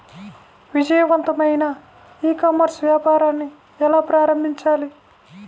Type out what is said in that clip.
విజయవంతమైన e commerce వ్యాపారాన్ని ఎలా ప్రారంభించాలి?